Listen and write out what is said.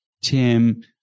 Tim